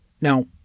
Now